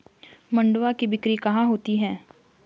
मंडुआ की बिक्री कहाँ होती है?